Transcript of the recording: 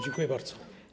Dziękuję bardzo.